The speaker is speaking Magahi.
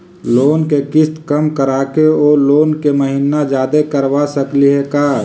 लोन के किस्त कम कराके औ लोन के महिना जादे करबा सकली हे का?